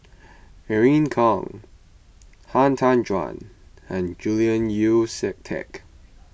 Irene Khong Han Tan Juan and Julian Yeo See Teck